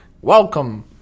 welcome